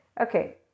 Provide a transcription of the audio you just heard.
Okay